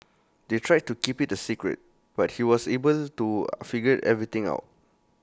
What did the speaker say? they tried to keep IT A secret but he was able to figure everything out